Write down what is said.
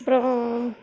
அப்புறம்